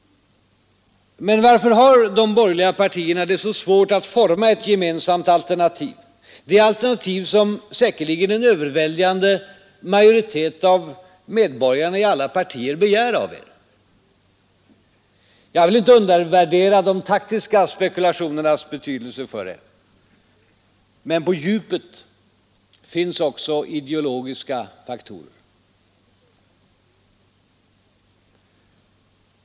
Men varför har de borgerliga partierna det så svårt att forma ett gemensamt alternativ, det alternativ som säkerligen en överväldigande av er? Jag vill inte undervärdera de taktiska spekulationernas betydelse för er. Men på djupet finns också ideologiska faktorer.